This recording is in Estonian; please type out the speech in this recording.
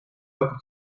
hakkab